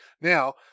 now